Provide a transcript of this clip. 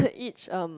each um